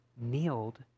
kneeled